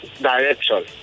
direction